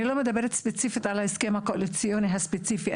אני לא מדברת ספציפית על ההסכם הקואליציוני הספציפי,